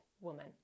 woman